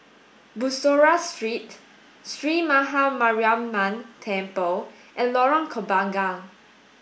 Bussorah Street Sree Maha Mariamman Temple and Lorong Kembagan